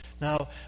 Now